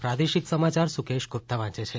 પ્રાદેશિક સમાચાર સુકેશ ગુપ્તા વાંચે છે